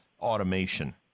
automation